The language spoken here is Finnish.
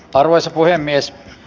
arvoisa puhemies